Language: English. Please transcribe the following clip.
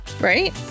right